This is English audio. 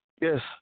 Yes